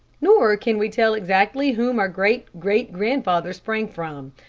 nor can we tell exactly whom our great-great-grandfather sprang from.